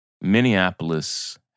Minneapolis